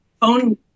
phone